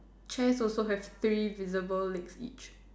chairs also have three visible legs each